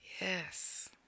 yes